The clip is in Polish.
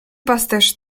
pasterz